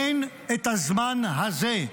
אין את הזמן הזה.